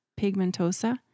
pigmentosa